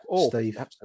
Steve